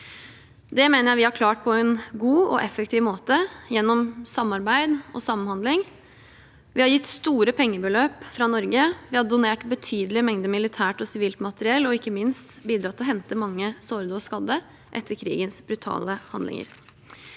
Det mener jeg vi har klart på en god og effektiv måte gjennom samarbeid og samhandling. Vi har gitt store pengebeløp fra Norge, vi har donert betydelige mengder militært og sivilt materiell, og vi har ikke minst bidratt til å hente mange sårede og skadde etter krigens brutale handlinger.